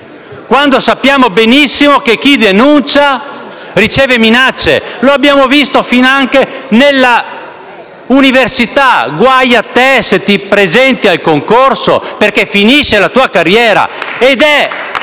quando sappiamo benissimo che chi denuncia riceve minacce. Lo abbiamo visto finanche nel mondo dell'università: guai a te se ti presenti al concorso, perché finisce la tua carriera!